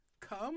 come